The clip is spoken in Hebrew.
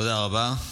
תודה רבה.